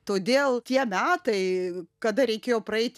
todėl tie metai kada reikėjo praeit